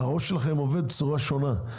הראש שלכם עובד בצורה שונה.